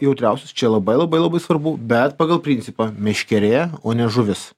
jautriausius čia labai labai labai svarbu bet pagal principą meškerė o ne žuvis